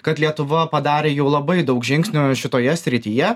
kad lietuva padarė jau labai daug žingsnių šitoje srityje